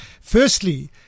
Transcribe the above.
Firstly